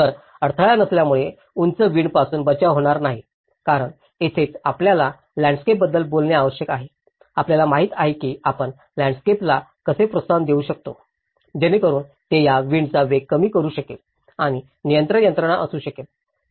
तर अडथळा नसल्यामुळे उंच विंड पासून बचाव होणार नाही कारण तेथेच आपल्याला लँडस्केपबद्दल बोलणे आवश्यक आहे आपल्याला माहिती आहे की आपण लँडस्केपला कसे प्रोत्साहन देऊ शकतो जेणेकरून ते वा विंडचा वेग कमी करू शकेल आणि नियंत्रण यंत्रणा असू शकेल